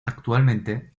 actualmente